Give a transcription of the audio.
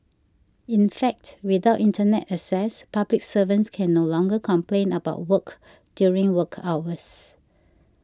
in fact without Internet access public servants can no longer complain about work during work hours